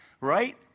Right